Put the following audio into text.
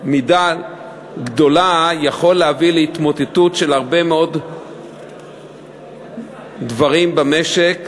במידה גדולה יכולה להביא להתמוטטות של הרבה מאוד דברים במשק,